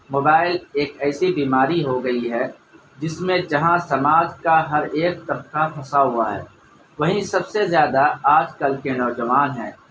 mobile ایک ایسی بیماری ہو گئی ہے جس میں جہاں سماج کا ہر ایک طبقہ پھنسا ہوا ہے وہیں سب سے زیادہ آج کل کے نوجوان ہیں